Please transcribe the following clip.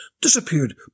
disappeared